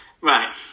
Right